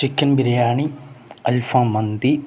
chicken biryani അൽഫാം മന്തി